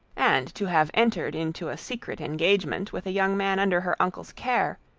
and to have entered into a secret engagement with a young man under her uncle's care,